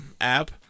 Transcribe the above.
app